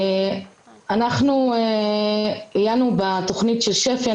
אנחנו עיינו בתוכנית של שפ"י,